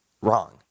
Wrong